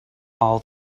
all